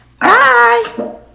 Bye